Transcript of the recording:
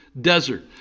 desert